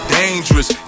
dangerous